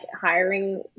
hiring